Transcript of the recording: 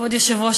כבוד היושב-ראש,